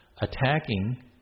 attacking